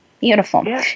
beautiful